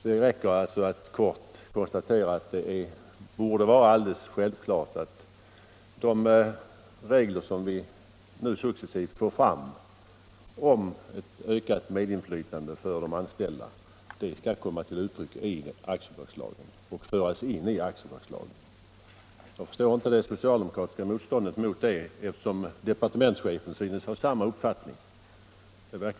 Det räcker alltså att kort konstatera att det borde vara självklart att de regler vi successivt får fram för medinflytande för de anställda skall föras in i aktiebolagslagen. Jag förstår inte det socialdemokratiska motståndet mot detta; departementschefen synes ju vara av samma uppfattning som reservanterna.